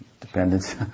dependence